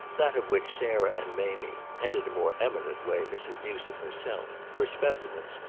that of which sarah and mamie and, in a more eminent way, mrs. newsome herself were specimens,